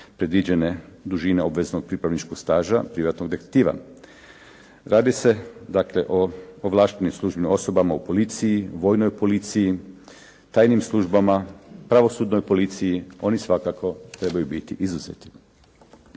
predviđene dužine obveznog pripravničkog staža privatnog detektiva. Radi se dakle o ovlaštenim službenim osobama u policiji, vojnoj policiji, tajnim službama, pravosudnoj policiji, oni svakako trebaju biti izuzeti,